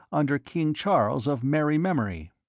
under king charles of merry memory.